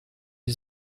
die